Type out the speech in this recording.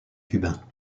cubains